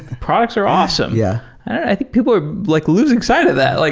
products are awesome. yeah i think people are like losing sight of that. like